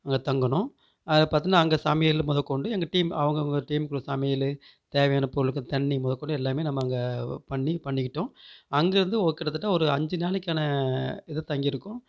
அங்கே தங்கணும் அதை பார்த்தன்னா அங்கே சமையல்லு முதக்கொண்டு எங்கள் டீம் அவங்கவங்க டீம்குள்ளே சமையல் தேவையான பொருள் தண்ணி முதக்கொண்டு எல்லாம் நம்ம அங்கே பண்ணி பண்ணிக்கிட்டோம் அங்கேருந்து ஓ கிட்டத்தட்ட ஒரு அஞ்சு நாளைக்கான இதை தங்கிருக்கோம்